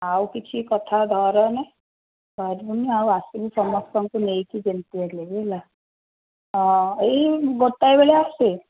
ଆଉ କିଛି କଥା ଧରନି ଧରିବୁନି ଆଉ ଆସିବୁ ସମସ୍ତଙ୍କୁ ନେଇକି ଯେମିତି ହେଲେ ବି ହେଲା ହଁ ଏଇ ଗୋଟାଏ ବେଳେ ଆସେ